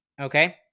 Okay